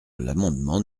l’amendement